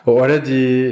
already